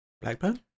Blackburn